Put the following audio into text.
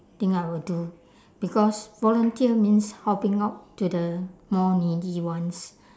think I will do because volunteer means helping out to the more needy ones